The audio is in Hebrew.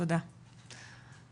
אני